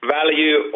value